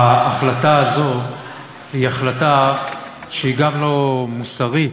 ההחלטה הזו היא החלטה שהיא גם לא מוסרית,